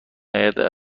آید